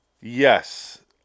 Yes